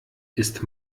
ist